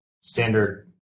standard